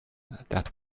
that